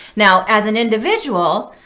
now as an individual,